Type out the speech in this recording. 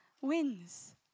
wins